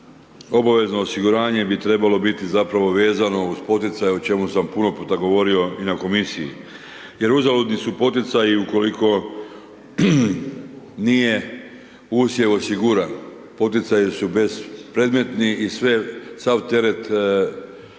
obavezno osiguranje bi trebalo biti zapravo vezano uz poticaj, o čemu sam puno puta govorio i na komisiji. Jer uzaludni su poticaji, ukoliko nije usjev osiguran, poticaji su bespredmetni i sav teret nastaje